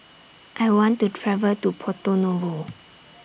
I want to travel to Porto Novo